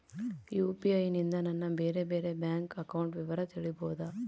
UPI ನಿಂದ ನನ್ನ ಬೇರೆ ಬೇರೆ ಬ್ಯಾಂಕ್ ಅಕೌಂಟ್ ವಿವರ ತಿಳೇಬೋದ?